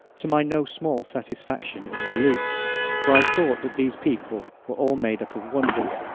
to my no small satisfaction and relief for i thought that these people were all made up of wonders.